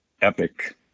Epic